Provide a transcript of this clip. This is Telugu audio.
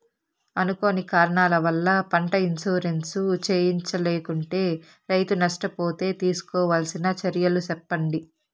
అనుకోని కారణాల వల్ల, పంట ఇన్సూరెన్సు చేయించలేకుంటే, రైతు నష్ట పోతే తీసుకోవాల్సిన చర్యలు సెప్పండి?